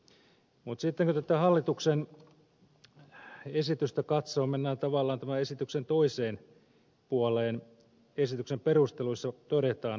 mutta sitten kun tätä hallituksen esitystä katsoo mennään tavallaan tämän esityksen toiseen puoleen esityksen perusteluissa todetaan